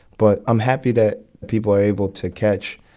but i'm happy that people are able to catch